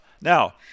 Now